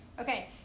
Okay